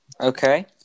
Okay